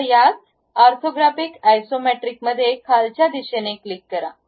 आता त्याच ऑर्थोग्राफिक आयसोमेट्रिकमध्ये खालच्या दिशेने क्लिक करा